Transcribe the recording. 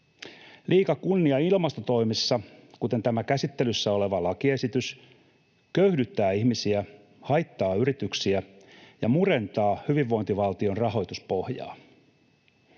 Liika kunnianhimo ilmastotoimissa, kuten tämä käsittelyssä oleva lakiesitys, köyhdyttää ihmisiä, haittaa yrityksiä ja murentaa hyvinvointivaltion rahoituspohjaa.